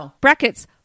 brackets